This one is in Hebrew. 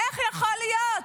איך יכול להיות?